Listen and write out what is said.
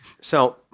So-